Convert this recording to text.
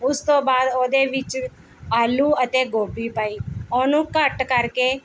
ਉਸ ਤੋਂ ਬਾਅਦ ਉਹ ਦੇ ਵਿੱਚ ਆਲੂ ਅਤੇ ਗੋਭੀ ਪਾਈ ਉਹਨੂੰ ਘੱਟ ਕਰਕੇ